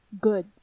good